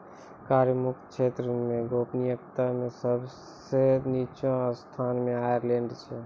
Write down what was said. कर मुक्त क्षेत्र मे गोपनीयता मे सब सं निच्चो स्थान मे आयरलैंड छै